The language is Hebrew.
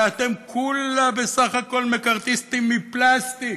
כי אתם כולה בסך הכול מקארתיסטים מפלסטיק.